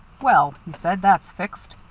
well, he said, that's fixed.